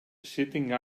sitting